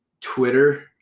Twitter